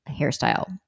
hairstyle